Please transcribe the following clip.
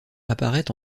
apparait